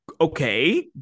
okay